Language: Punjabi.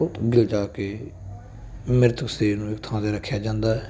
ਉਹ ਅੱਗੇ ਜਾ ਕੇ ਮ੍ਰਿਤਕ ਸਰੀਰ ਨੂੰ ਥਾਂ 'ਤੇ ਰੱਖਿਆ ਜਾਂਦਾ